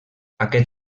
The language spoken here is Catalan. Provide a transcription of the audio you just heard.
aquest